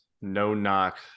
no-knock